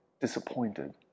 disappointed